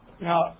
Now